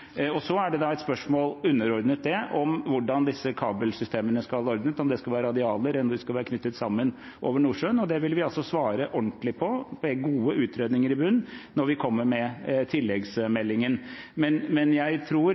Så er det da et spørsmål underordnet det om hvordan disse kabelsystemene skal være ordnet, om det skal være radialer eller om det skal være knyttet sammen over Nordsjøen. Det vil vi svare ordentlig på, med gode utredninger i bunnen, når vi kommer med tilleggsmeldingen. Men jeg tror